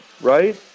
right